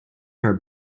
her